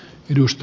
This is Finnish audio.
minusta